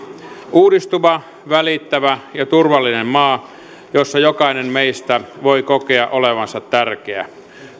uudistuva välittävä ja turvallinen maa jossa jokainen meistä voi kokea olevansa tärkeä